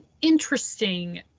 interesting